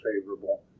favorable